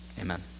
Amen